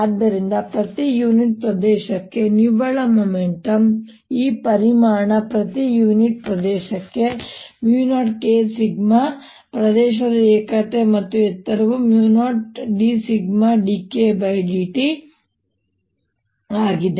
ಆದ್ದರಿಂದ ಪ್ರತಿ ಯುನಿಟ್ ಪ್ರದೇಶಕ್ಕೆ ನಿವ್ವಳ ಮೊಮೆಂಟಮ್ ಈ ಪರಿಮಾಣ ಪ್ರತಿ ಯೂನಿಟ್ ಪ್ರದೇಶಕ್ಕೆ 0kσ ಪ್ರದೇಶ ಏಕತೆ ಮತ್ತು ಎತ್ತರವು 0dσdKdt ಆಗಿದೆ